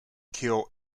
kill